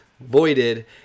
voided